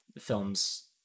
films